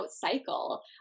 cycle